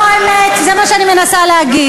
זה לא האמת, זה מה שאני מנסה להגיד.